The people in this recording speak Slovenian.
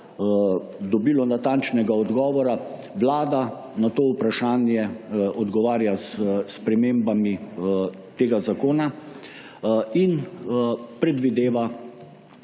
dobilo natančnega odgovora. Vlada na to vprašanje odgovarja s spremembami tega zakona in predvideva